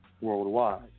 worldwide